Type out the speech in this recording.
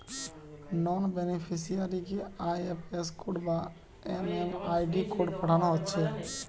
নন বেনিফিসিয়ারিকে IFS code বা MMID code পাঠানা হচ্ছে